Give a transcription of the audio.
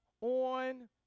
on